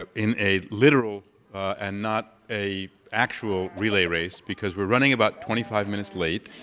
ah in a literal and not a actual relay race, because we're running about twenty five minutes late,